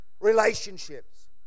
relationships